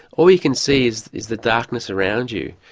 all you can see is is the darkness around you.